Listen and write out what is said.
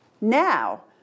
Now